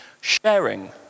sharing